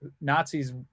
Nazis